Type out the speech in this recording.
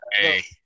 Hey